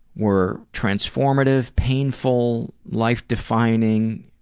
were transformative, painful, life defining,